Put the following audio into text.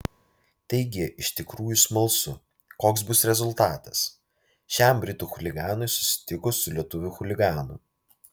taigi iš tikrųjų smalsu koks bus rezultatas šiam britų chuliganui susitikus su lietuvių chuliganu